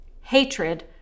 hatred